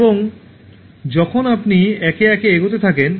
এবং কখন আপনি একে একে এগোতে থাকেন